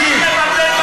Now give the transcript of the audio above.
עכשיו זה יבוצע.